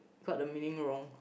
got the meaning wrong